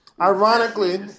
ironically